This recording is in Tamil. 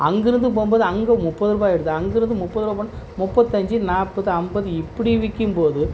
அங்கிருந்து போகும்போது அங்கே முப்பது ரூபா எடுத்தான் அங்கிருந்து முப்பது ரூபான்னு போனால் முப்பத்தஞ்சு நாற்பது ஐம்பது இப்படி விற்கும் போது